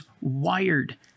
wired